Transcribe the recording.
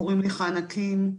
קוראים לי חנה קים,